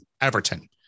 everton